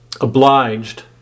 obliged